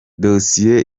dosiye